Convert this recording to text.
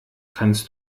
kannst